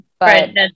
Right